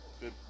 good